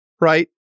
right